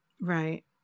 Right